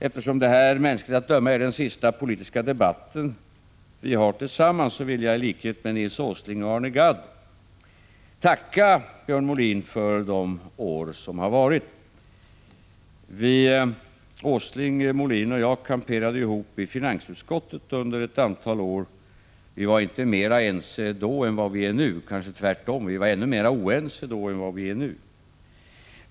Eftersom detta mänskligt att döma är den sista politiska debatt som vi för tillsammans, vill jag i likhet med Nils Åsling och Arne Gadd tacka Björn Molin för de år som har varit. Nils Åsling, Björn Molin och jag kamperade ihop i finansutskottet under ett antal år. Vi var inte mer ense då än vi är nu, kanske tvärtom. Vi var ännu mer oense då än vi är nu.